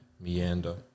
meander